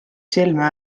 silme